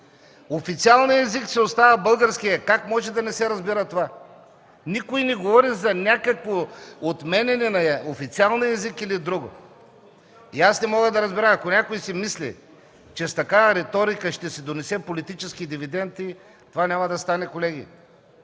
Официалният език си остава българският. Как може да не се разбира това? Никой не говори за някакво отменяне на официалния език или друго. Аз не мога да разбера, ако някой си мисли, че с такава риторика ще си донесе политически дивиденти това няма да стане, колеги.